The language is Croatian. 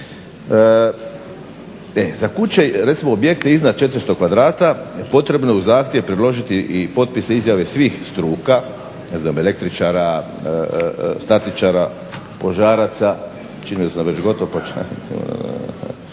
Za kuće, recimo objekte iznad 400 kvadrata potrebno je zahtjev priložiti i potpise, izjave svih struka ne znam električara, statičara, kožaraca. Postavlja se pita tko će